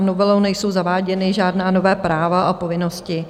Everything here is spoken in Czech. Novelou nejsou zaváděna žádná nová práva a povinnosti.